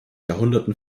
jahrhunderten